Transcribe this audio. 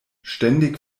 ständig